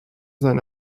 sein